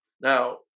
Now